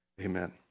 amen